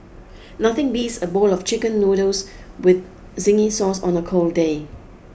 nothing beats a bowl of chicken noodles with zingy sauce on a cold day